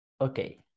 okay